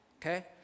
okay